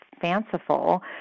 fanciful